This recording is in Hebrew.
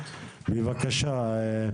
בבקשה,